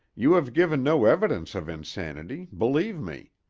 you have given no evidence of insanity, believe me.